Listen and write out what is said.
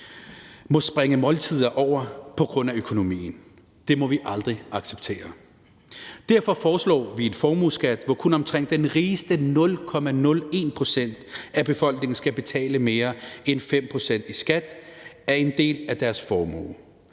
må springe måltider over på grund af økonomien, og det må vi aldrig acceptere. Derfor foreslår vi en formueskat, hvor kun de rigeste 0,01 pct. af befolkningen skal betale mere end 5 pct. i skat af en del af deres formue.